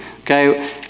Okay